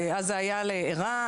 אז זה היה לער"ן,